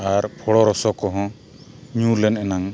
ᱟᱨ ᱯᱷᱲᱚ ᱨᱚᱥᱚ ᱠᱚᱦᱚᱸ ᱧᱩ ᱞᱮ ᱮᱱᱟᱝ